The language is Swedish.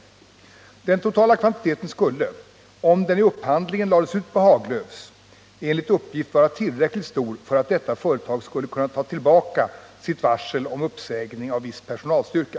Den totala kvantiteten skulle —-om den i upphandlingen lades ut på Haglöfs — enligt uppgift vara tillräckligt stor för att detta företag skulle kunna ta tillbaka sitt varsel om uppsägning av viss personalstyrka.